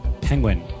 Penguin